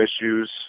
issues